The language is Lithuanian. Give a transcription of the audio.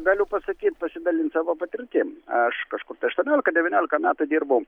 galiu pasakyt pasidalint savo patirtim aš kažkur tai aštuoniolika devyniolika metų dirbau